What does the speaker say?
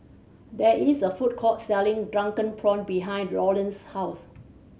there is a food court selling drunken prawn behind Lawrance's house